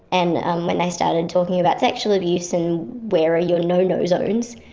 and and when they started talking about sexual abuse and where are your no-no zones,